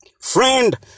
Friend